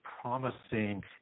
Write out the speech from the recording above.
promising